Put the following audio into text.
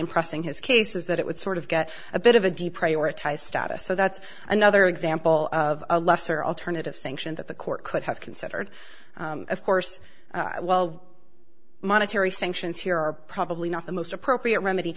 and pressing his case is that it would sort of get a bit of a d prioritise status so that's another example of a lesser alternative sanction that the court could have considered of course while monetary sanctions here are probably not the most appropriate remedy